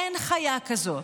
אין חיה כזאת.